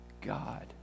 God